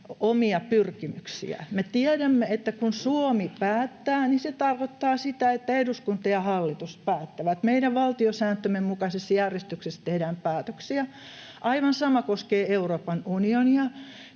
omia pyrkimyksiä. Me tiedämme, että kun Suomi päättää, niin se tarkoittaa sitä, että eduskunta ja hallitus päättävät — meidän valtiosääntömme mukaisessa järjestyksessä tehdään päätöksiä. Aivan sama koskee Euroopan unionia.